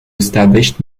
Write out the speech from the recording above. established